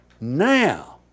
now